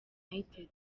united